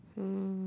um